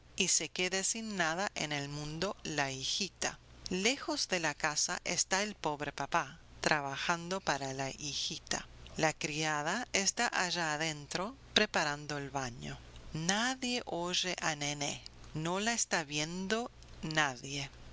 y se quede sin nada en el mundo la hijita lejos de la casa está el pobre papá trabajando para la hijita la criada está allá adentro preparando el baño nadie oye a nené no la está viendo nadie